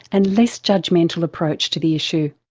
and less judgmental approach to the issue.